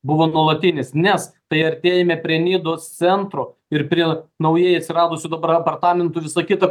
buvo nuolatinis nes priartėjame prie nidos centro ir prie naujai atsiradusių dabar apartamentų visa kita